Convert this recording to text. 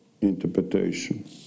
interpretation